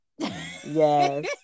Yes